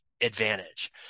advantage